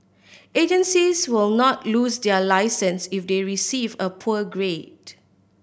agencies will not lose their licence if they receive a poor grade